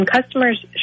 customers